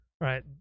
right